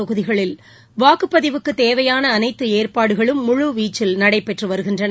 தொகுதிகளில் வாக்குப்பதிவுக்குத் தேவையான அனைத்து ஏற்பாடுகளும் முழுவீச்சில் நடைபெற்று வருகின்றன